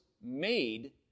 made